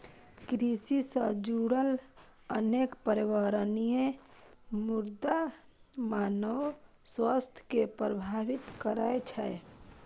कृषि सं जुड़ल अनेक पर्यावरणीय मुद्दा मानव स्वास्थ्य कें प्रभावित करै छै